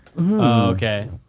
Okay